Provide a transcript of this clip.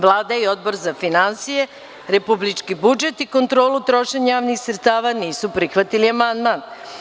Vlada i Odbor za finansije, republički budžet i kontrolu trošenja javnih sredstava nisu prihvatili amandman.